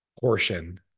portion